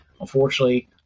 unfortunately